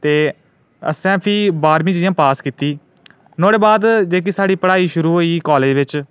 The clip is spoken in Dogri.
ते असें फ्ही बाह्रमी जि'यां पास कीती नुआढ़े बाद जेह्की साढ़ी पढ़ाई शुरू होई ऐ कालेज बिच